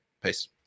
Peace